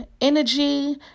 energy